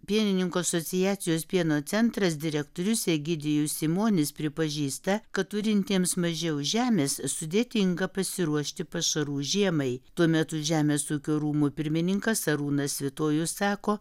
pienininkų asociacijos pieno centras direktorius egidijus simonis pripažįsta kad turintiems mažiau žemės sudėtinga pasiruošti pašarų žiemai tuo metu žemės ūkio rūmų pirmininkas arūnas svitojus sako